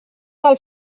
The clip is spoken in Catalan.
del